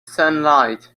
sunlight